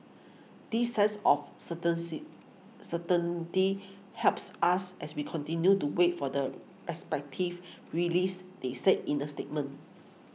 this sense of certainty helps us as we continue to wait for the respective releases they said in a statement